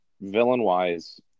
Villain-wise